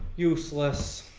useless